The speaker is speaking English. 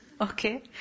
Okay